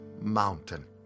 Mountain